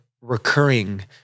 recurring